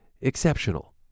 exceptional